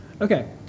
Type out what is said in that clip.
okay